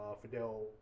Fidel